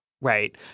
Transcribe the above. Right